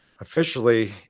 officially